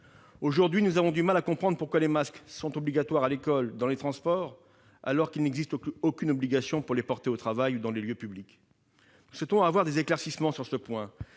Nous avons donc du mal à comprendre pourquoi les masques seraient obligatoires à l'école et dans les transports alors qu'il n'existe aucune obligation de les porter au travail ou dans les lieux publics. Nous souhaitons avoir des éclaircissements sur ce point.